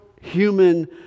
human